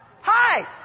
Hi